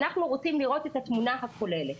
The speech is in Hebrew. אנחנו רוצים לראות את התמונה הכוללת,